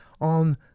on